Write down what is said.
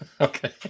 Okay